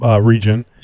region